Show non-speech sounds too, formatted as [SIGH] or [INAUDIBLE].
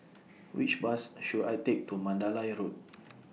[NOISE] Which Bus should I Take to Mandalay Road